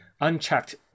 unchecked